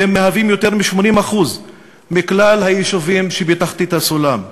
והם יותר מ-80% מכלל היישובים שבתחתית הסולם.